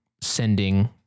sending